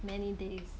many days